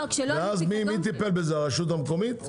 ואז מי טיפל בזה, הרשות המקומית?